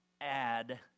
add